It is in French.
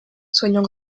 soignant